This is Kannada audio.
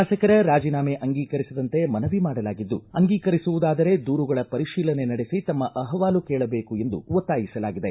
ಶಾಸಕರ ರಾಜಿನಾಮೆ ಅಂಗೀಕರಿಸದಂತೆ ಮನವಿ ಮಾಡಲಾಗಿದ್ದು ಅಂಗೀಕರಿಸುವುದಾದರೆ ದೂರುಗಳ ಪರಿಶೀಲನೆ ನಡೆಸಿ ತಮ್ಮ ಅಹವಾಲು ಕೇಳಬೇಕು ಎಂದು ಒತ್ತಾಯಿಸಲಾಗಿದೆ